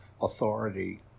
authority